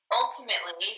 ultimately